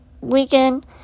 weekend